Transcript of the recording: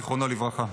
זיכרונו לברכה.